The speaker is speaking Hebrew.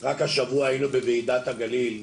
רק השבוע היינו בוועידת הגליל,